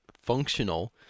Functional